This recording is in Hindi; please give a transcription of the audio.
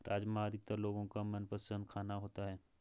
राजमा अधिकतर लोगो का मनपसंद खाना होता है